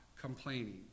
complaining